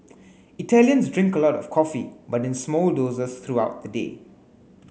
Italians drink a lot of coffee but in small doses throughout the day